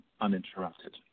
uninterrupted